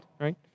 Right